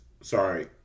Sorry